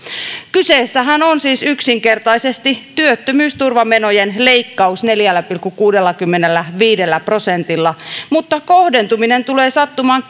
kyseessähän on siis yksinkertaisesti työttömyysturvamenojen leikkaus neljällä pilkku kuudellakymmenelläviidellä prosentilla mutta kohdentuminen tulee sattumaan